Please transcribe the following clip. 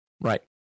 Right